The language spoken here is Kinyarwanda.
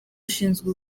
ushinzwe